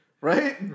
Right